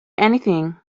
anything